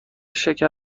شکر